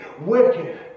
wicked